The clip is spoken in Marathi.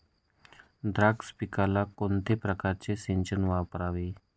द्राक्ष पिकाला कोणत्या प्रकारचे सिंचन वापरावे?